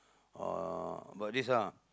or but this ah